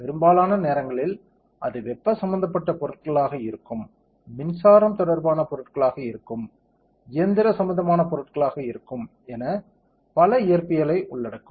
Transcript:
பெரும்பாலான நேரங்களில் அது வெப்ப சம்பந்தப்பட்ட பொருட்களாக இருக்கும் மின்சாரம் தொடர்பான பொருட்களாக இருக்கும் இயந்திர சம்பந்தமான பொருட்களாக இருக்கும் என பல இயற்பியலை உள்ளடக்கும்